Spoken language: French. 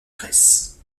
grèce